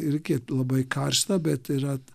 irgi labai karšta bet yra